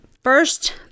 first